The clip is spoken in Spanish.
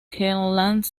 queensland